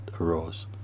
arose